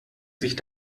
sich